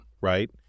right